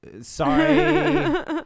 Sorry